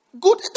good